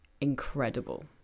incredible